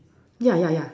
yeah yeah yeah